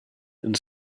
and